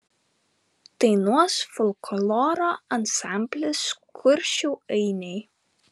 dainuos folkloro ansamblis kuršių ainiai